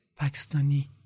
Pakistani